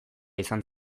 izan